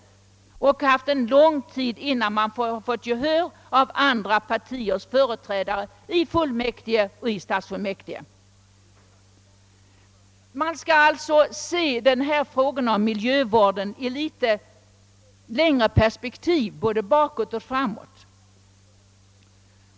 Ofta har det tagit lång tid innan man vunnit gehör för sin uppfattning hos andra partiers företrädare i kommunalfullmäktige och stadsfullmäktige. Frågan om miljövården måste alltså ses i ett litet större perspektiv, både bakåt och framåt.